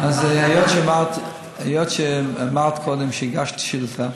אז היות שאמרת קודם שהגשת שאילתה,